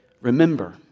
remember